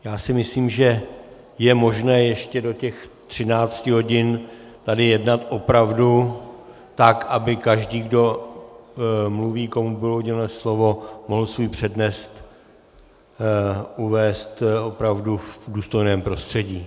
Já si myslím, že je možné ještě do 13 hodin tady jednat opravdu tak, aby každý, kdo mluví, komu bylo uděleno slovo, mohl svůj přednes uvést v opravdu důstojném prostředí.